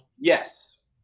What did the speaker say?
yes